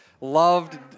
loved